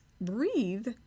breathe